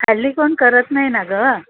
हल्ली कोण करत नाही ना गं